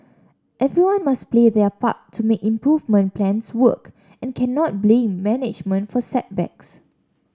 everyone must play their part to make improvement plans work and cannot blame management for setbacks